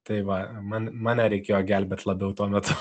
tai va man mane reikėjo gelbėt labiau tuo metu